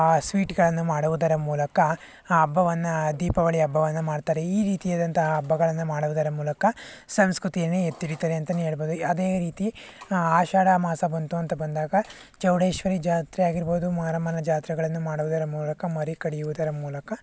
ಆ ಸ್ವೀಟ್ಗಳನ್ನು ಮಾಡುವುದರ ಮೂಲಕ ಆ ಹಬ್ಬವನ್ನು ದೀಪಾವಳಿ ಹಬ್ಬವನ್ನು ಮಾಡ್ತಾರೆ ಈ ರೀತಿಯಾದಂತಹ ಹಬ್ಬಗಳನ್ನು ಮಾಡುವುದರ ಮೂಲಕ ಸಂಸ್ಕೃತಿಯನ್ನು ಎತ್ತಿ ಹಿಡಿತಾರೆ ಅಂತಲೇ ಹೇಳ್ಬೋದು ಅದೇ ರೀತಿ ಆಷಾಢ ಮಾಸ ಬಂತು ಅಂತ ಬಂದಾಗ ಚೌಡೇಶ್ವರಿ ಜಾತ್ರೆ ಆಗಿರಬಹುದು ಮಾರಮ್ಮನ ಜಾತ್ರೆಗಳನ್ನು ಮಾಡುವುದರ ಮೂಲಕ ಮರಿ ಕಡಿಯುವುದರ ಮೂಲಕ